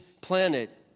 planet